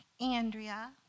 Andrea